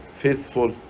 faithful